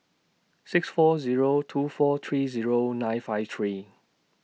six four Zero two four three Zero nine five three